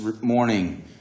morning